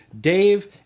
Dave